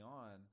on